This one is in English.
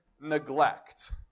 neglect